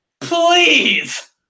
please